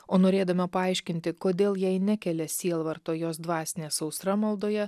o norėdama paaiškinti kodėl jai nekelia sielvarto jos dvasinė sausra maldoje